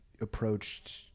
approached